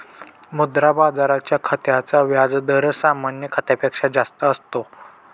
मुद्रा बाजाराच्या खात्याचा व्याज दर सामान्य खात्यापेक्षा जास्त असतो